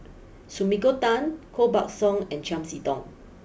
Sumiko Tan Koh Buck Song and Chiam see Tong